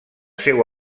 seu